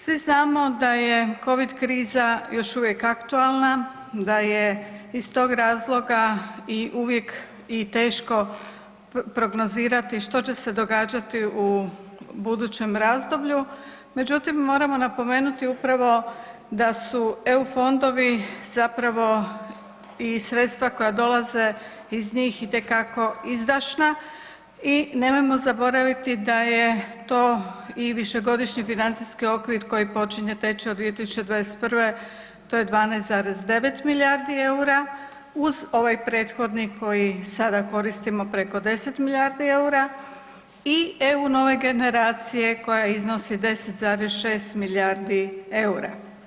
Svi znamo da je Covid kriza još uvijek aktualna, da je iz tog razloga i uvijek i teško prognozirati što će se događati u budućem razdoblju, međutim moramo napomenuti upravo da su EU fondovi zapravo i sredstva koja dolaze iz njih itekako izdašna i nemojmo zaboraviti da je to i višegodišnji financijski okvir koji počinje teći od 2021. to je 12,9 milijardi EUR-a uz ovaj prethodni koji sada koristimo preko 10 milijardi EUR-a i EU nove generacije koja iznosi 10,6 milijardi EUR-a.